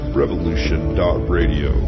revolution.radio